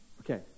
Okay